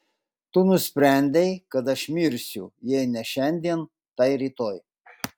tu nusprendei kad aš mirsiu jei ne šiandien tai rytoj